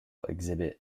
exhibit